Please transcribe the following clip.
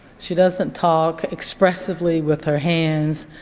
she doesn't talk expressively with her hands